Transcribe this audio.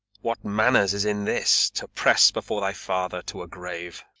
what manners is in this, to press before thy father to a grave?